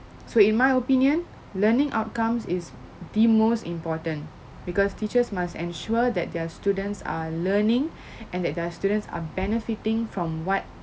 so in my opinion learning outcomes is the most important because teachers must ensure that their students are learning and that their students are benefiting from what